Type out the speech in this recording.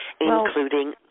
including